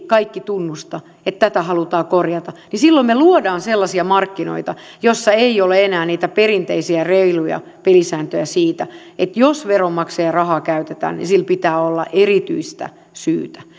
kaikki tunnusta että tätä halutaan korjata niin silloin me luomme sellaisia markkinoita joilla ei ole enää niitä perinteisiä reiluja pelisääntöjä että jos veronmaksajan rahaa käytetään niin siihen pitää olla erityistä syytä